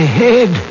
head